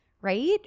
right